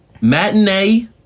matinee